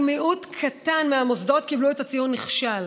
רק מיעוט קטן מהמוסדות קיבלו את הציון נכשל.